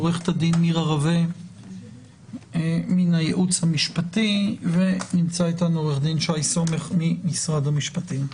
עורכת הדין מירה רווה ממשרד המשפטים ועורך דין שי סומך ממשרד המשפטים.